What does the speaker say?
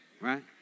Right